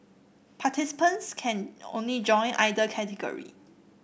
participants can only join either category